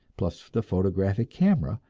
plus the photographic camera,